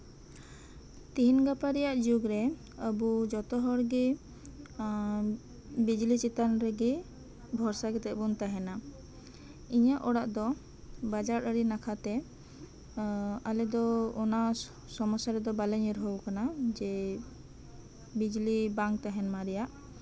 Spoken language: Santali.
ᱛᱮᱦᱤᱧ ᱜᱟᱯᱟ ᱨᱮᱭᱟᱜ ᱡᱩᱜᱨᱮ ᱟᱵᱚ ᱡᱚᱛᱚ ᱦᱚᱲᱜᱮ ᱵᱤᱡᱞᱤ ᱪᱮᱛᱟᱱ ᱨᱮᱜᱮ ᱵᱷᱚᱨᱥᱟ ᱠᱟᱛᱮᱜ ᱵᱚᱱ ᱛᱟᱸᱦᱮᱱᱟ ᱤᱧᱟᱹᱜ ᱚᱲᱟᱜ ᱫᱚ ᱵᱟᱡᱟᱨ ᱟᱲᱮ ᱱᱟᱠᱷᱟᱛᱮ ᱟᱞᱮ ᱫᱚ ᱚᱱᱟ ᱥᱚᱢᱚᱥᱥᱟ ᱨᱮᱫᱚ ᱵᱟᱞᱮ ᱧᱩᱨᱦᱟᱹ ᱠᱟᱱᱟ ᱡᱮ ᱵᱤᱡᱽᱞᱤ ᱵᱟᱝ ᱛᱟᱸᱦᱮᱱᱢᱟ ᱨᱮᱭᱟᱜ